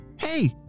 Hey